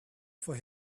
for